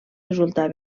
resultar